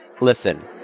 listen